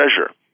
treasure